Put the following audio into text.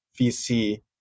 VC